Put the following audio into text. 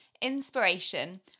inspiration